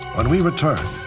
when we return,